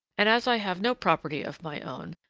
and as i have no property of my own,